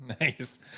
nice